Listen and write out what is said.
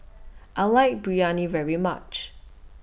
I like Biryani very much